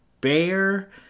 bear